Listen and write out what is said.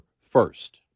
first